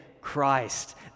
Christ